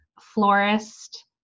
florist